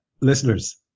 Listeners